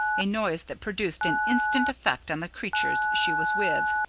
a noise that produced an instant effect on the creatures she was with.